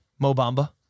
Mobamba